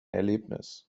erlebnis